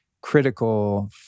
critical